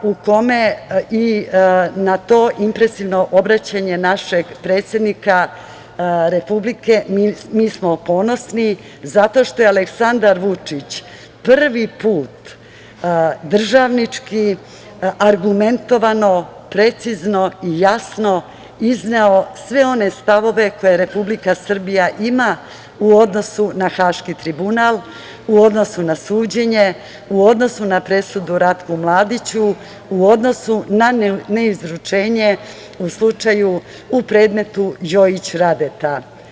I na to impresivno obraćanje našeg predsednika Republike mi smo ponosni zato što je Aleksandar Vučić prvi put državnički, argumentovano, precizno i jasno izneo sve one stavove koje Republika Srbija ima u odnosu na Haški tribunal, u odnosu na suđenje, u odnosu na presudu Ratku Mladiću, u odnosu na neizručenje u slučaju u predmetu Jojić-Radeta.